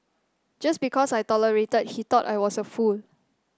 just because I tolerated he thought I was a fool